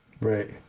right